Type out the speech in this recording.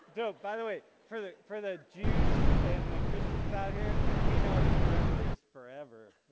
dope by the way, for the. for the jews and the christians out here we know that forever is forever,